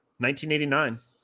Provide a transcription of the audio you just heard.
1989